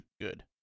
good